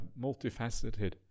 multifaceted